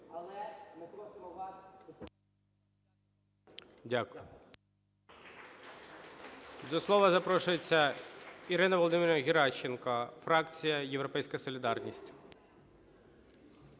Святослав Іванович. Дякую. До слова запрошується Ірина Володимирівна Геращенко, фракція "Європейська солідарність".